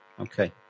Okay